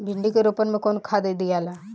भिंदी के रोपन मे कौन खाद दियाला?